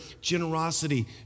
generosity